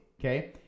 okay